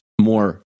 more